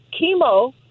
chemo